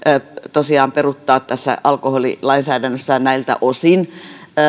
tosiaan peruuttamaan tässä alkoholilainsäädännössä näiltä osin